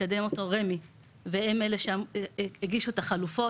מקדם אותה רמ"י והם אלו שהגישו את החלופות,